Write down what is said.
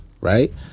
right